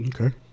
Okay